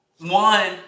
one